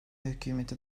hükümeti